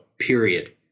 period